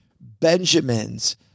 Benjamins